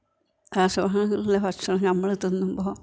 രാസവളമുള്ള ഭക്ഷണം നമ്മള് തിന്നുമ്പോള്